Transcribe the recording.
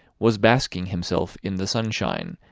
was basking himself in the sunshine,